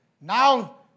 Now